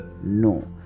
no